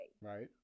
Right